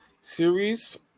series